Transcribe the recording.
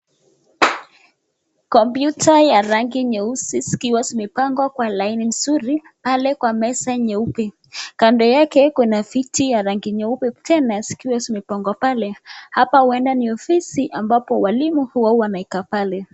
Kompyuta ya rangi nyeusi zikiwa zimepangwa kwa laini nzuri pale meza nyeupe kando yake kuna viti ya rangi nyeupe tena zikiwa zimepangwa pale, hapa huenda ni ofisi ambapo walimu huwa wanakaa pale.